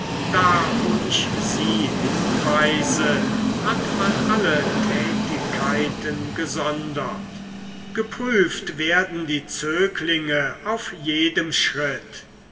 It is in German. da wo ich sie hinweise hat man alle tätigkeiten gesondert geprüft werden die zöglinge auf jedem schritt